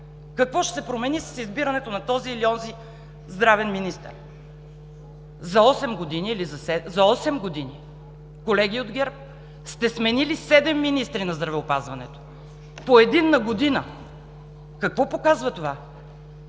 Какво ще се промени с избирането на този или онзи здравен министър? За осем години, колеги от ГЕРБ, сте сменили седем министри на здравеопазването – по един на година! Какво показва това